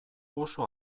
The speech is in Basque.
oso